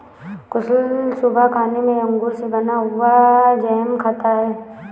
कुशल सुबह खाने में अंगूर से बना हुआ जैम खाता है